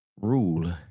rule